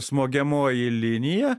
smogiamoji linija